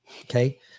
Okay